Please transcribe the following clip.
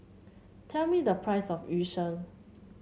tell me the price of Yu Sheng